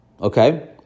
okay